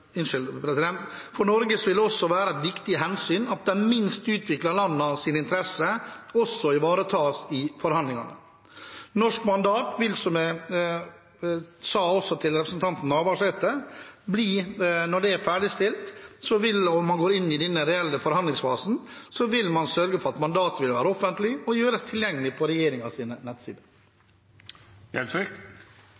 vil det også være et viktig hensyn at de minst utviklede landenes interesser ivaretas i forhandlingene. Når det gjelder norsk mandat, vil man, som jeg også sa til representanten Navarsete, når det er ferdigstilt og man går inn i den reelle forhandlingsfasen, sørge for at mandatet vil være offentlig og gjøres tilgjengelig på